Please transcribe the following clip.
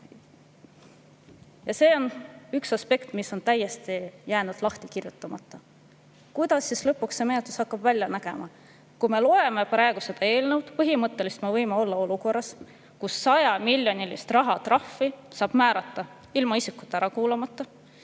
See on üks aspekt, mis on täiesti jäänud lahti kirjutamata. Kuidas siis lõpuks see menetlus hakkab välja nägema? Kui me loeme praegu seda eelnõu, siis põhimõtteliselt me võime olla olukorras, kus 100-miljonilise rahatrahvi saab määrata ilma isikut ära kuulamata,